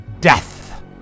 Death